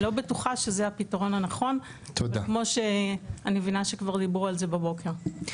אני לא בטוחה שזה הפתרון הנכון ואני מבינה שכבר דיברו על זה בבוקר.